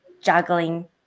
juggling